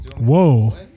Whoa